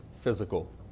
physical